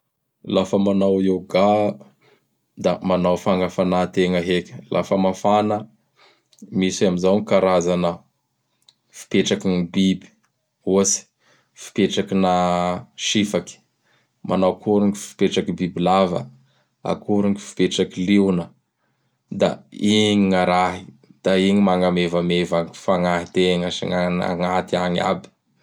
Lafa manao Yoga da manao fagnafana tegna heky. Lafa mafana, misy am zao gny karazana fipetraky gn biby, ohatsy: fipetraky gny Sifaky, manao akory gny fipetraky Bibilava, akory gny fipetraky Liona; da igny gn' arahy. Da igny magnamevameva gny fanahitegna sy gn gn' agnaty agny aby.